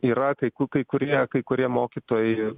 yra kai ku kai kurie kai kurie mokytojai